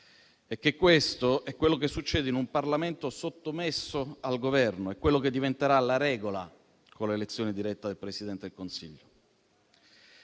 è che questo è quello che succede in un Parlamento sottomesso al Governo ed è quella che diventerà la regola con l'elezione diretta del Presidente del Consiglio.